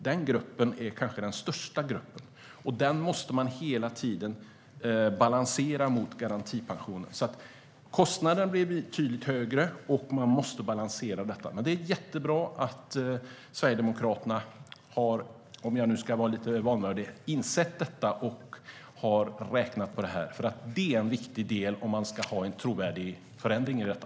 Den gruppen är kanske den största gruppen, och den måste man hela tiden balansera mot garantipensionen. Kostnaden blir alltså tydligt högre, och man måste balansera detta. Men det är jättebra att Sverigedemokraterna har - om jag ska vara lite vanvördig - insett detta och räknat på det. Det är en viktig del om man ska ha en trovärdig förändring i detta.